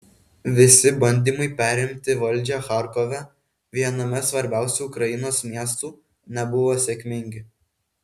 visi bandymai perimti valdžią charkove viename svarbiausių ukrainos miestų nebuvo sėkmingi